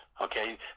okay